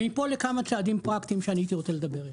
מפה לכמה צעדים פרקטיים שאני הייתי רוצה לדבר עליהם.